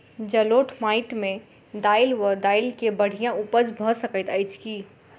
जलोढ़ माटि मे दालि वा दालि केँ बढ़िया उपज भऽ सकैत अछि की?